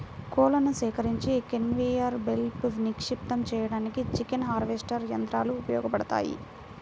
కోళ్లను సేకరించి కన్వేయర్ బెల్ట్పై నిక్షిప్తం చేయడానికి చికెన్ హార్వెస్టర్ యంత్రాలు ఉపయోగపడతాయి